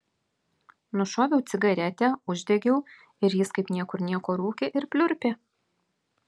nušoviau cigaretę uždegiau ir jis kaip niekur nieko rūkė ir pliurpė